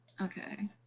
Okay